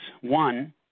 One